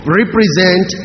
represent